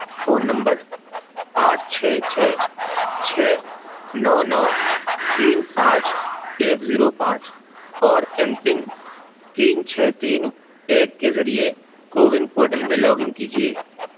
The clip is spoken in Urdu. فون نمبر آٹھ چھ چھ چھ نو نو تین پانچ ایک زیرو پانچ اور ایم پن تین چھ تین ایک کے ذریعے کوون پورٹل میں لاگ ان کیجیے